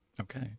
Okay